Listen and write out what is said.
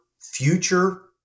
future